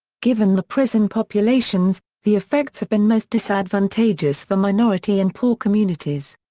given the prison populations, the effects have been most disadvantageous for minority and poor communities.